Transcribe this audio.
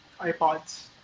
iPods